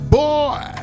boy